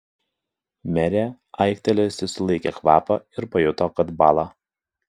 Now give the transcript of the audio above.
merė aiktelėjusi sulaikė kvapą ir pajuto kad bąla